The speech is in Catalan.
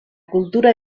cultura